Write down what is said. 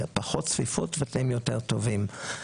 של פחות צפיפות ותנאים יותר טובים.